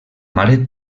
mare